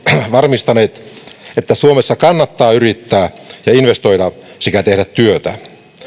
varmistaneet että suomessa kannattaa yrittää ja investoida sekä tehdä työtä